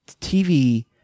TV